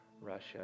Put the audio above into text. Russia